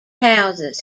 houses